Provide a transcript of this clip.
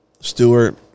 stewart